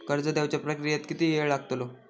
कर्ज देवच्या प्रक्रियेत किती येळ लागतलो?